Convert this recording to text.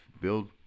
build